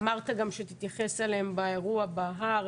אמרת גם שתתייחס אליהן באירוע בהר,